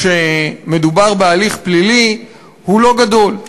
כשמדובר בהליך פלילי, הוא לא גדול,